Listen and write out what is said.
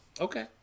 Okay